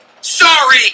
Sorry